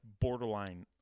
borderline